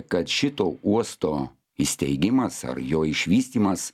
kad šito uosto įsteigimas ar jo išvystymas